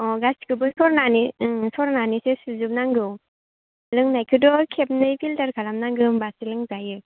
अ गासैखौबो सरनानै ओ सरनानैसो सुजोबनांगौ लोंनायखौथ' खेबनै फिल्टार खालामनांगौ होमब्लासो लोंजायो